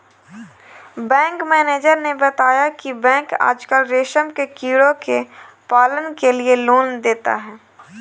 bank manager ने बताया की बैंक आजकल रेशम के कीड़ों के पालन के लिए लोन देता है